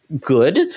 good